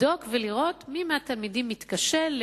לבדוק ולראות מי מהתלמידים מתקשה,